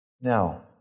Now